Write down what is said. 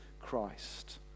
Christ